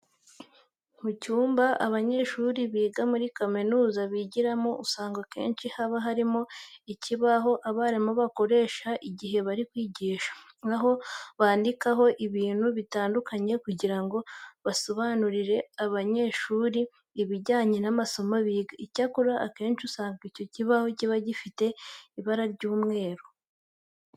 Mu cyumba abanyeshuri biga muri kaminuza bigiramo, usanga akenshi haba harimo ikibaho abarimu bakoresha mu gihe bari kwigisha, aho bandikaho ibintu bitandukanye kugira ngo basobanurire abanyeshuri biruseho ibijyanye n'amasomo biga. Icyakora akenshi usanga icyo kibaho kiba gifite ibara ry'umweru.